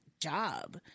job